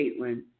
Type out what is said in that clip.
Caitlin